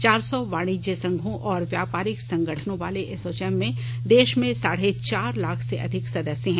चार सौ वाणिज्य संघों और व्यापारिक संगठनों वाले एसोचैम में देश में साढे चार लाख से अधिक सदस्य हैं